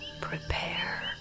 prepare